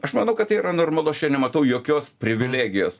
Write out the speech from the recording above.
aš manau kad tai yra normalu aš čia nematau jokios privilegijos